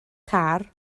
car